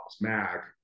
Mac